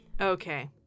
okay